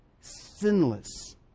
sinless